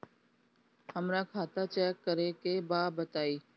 हमरा खाता चेक करे के बा बताई?